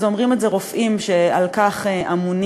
אומרים את זה רופאים שעל כך אמונים,